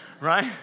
right